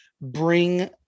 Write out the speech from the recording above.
bring